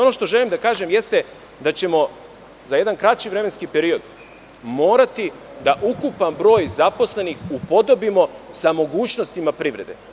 Ono što želim da kažem jeste da ćemo za jedan kraći vremenski period morati da ukupan broj zaposlenih upodobimo sa mogućnostima privrede.